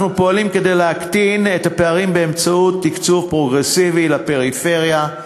אנחנו פועלים כדי להקטין את הפערים באמצעות תקצוב פרוגרסיבי לפריפריה,